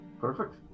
perfect